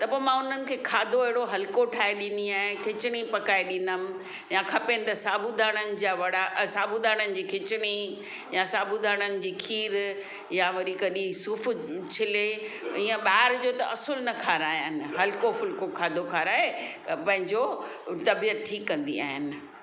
त पोइ मां उन्हनि खे खाधो अहिड़ो हल्को ठाहे ॾींदी आहियां खिचड़ी पकाए ॾींदमि या खपेनि त साबू दाणनि जा वड़ा साबू दाणनि जी खिचड़ी या साबू दाणनि जी खीरु या वरी कॾहिं सूफ़ छिले ईअं ॿाहिरि जो त असुल न खारायनि हल्को फुल्को खाधो खाराए त पंहिंजो तबियतु ठीकु कंदी आहिनि